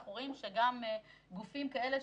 ואנחנו רואים שגם גופים כאלה,